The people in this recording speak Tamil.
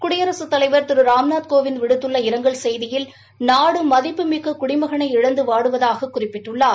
குடியரசுத் தலைவா் திரு ராம்நாத் கோவிந்த் விடுத்துள்ள இரங்கல் செய்தியில் நாடு மதிப்புமிக்க குடிமகனை இழந்து வாடுவதாக குறிப்பிட்டுள்ளார்